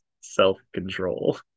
Self-control